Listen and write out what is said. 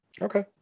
Okay